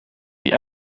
die